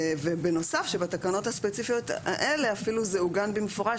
ובנוסף שבתקנות הספציפיות האלה זה אפילו עוגן במפורש